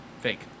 fake